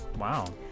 Wow